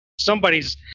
somebody's